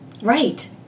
Right